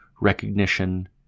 recognition